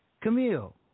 Camille